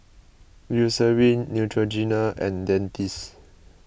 Eucerin Neutrogena and Dentiste